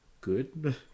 good